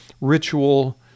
ritual